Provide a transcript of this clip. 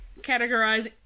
categorize